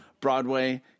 Broadway